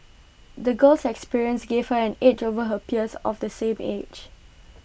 the girl's experiences gave her an edge over her peers of the same age